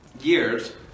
years